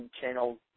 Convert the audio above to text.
channel